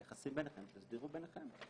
את היחסים ביניכם תסדירו ביניכם.